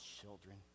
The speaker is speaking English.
children